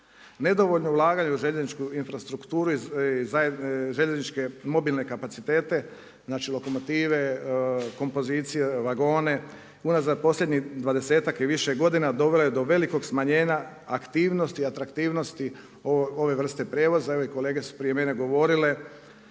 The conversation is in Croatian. Nedovoljno ulaganje u željezničku infrastrukturu i željezničke mobilne kapacitete, znači lokomotive, kompozicije, vagone, unazad posljednjih dvadesetak i više godina dovela je do velikog smanjenja aktivnosti, atraktivnosti ove vrste prijevoza. Evo i kolege su prije mene govorile